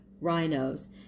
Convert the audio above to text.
rhinos